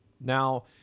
Now